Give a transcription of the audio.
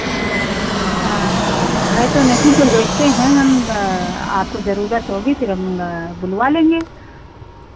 हाँ है तो नहीं लेकिन देखते हैं हम आपको ज़रूरत होगी फिर हम बुलवा लेंगे